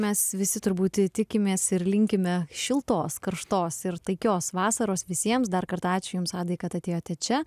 mes visi turbūt tikimės ir linkime šiltos karštos ir taikios vasaros visiems dar kartą ačiū jums adai kad atėjote čia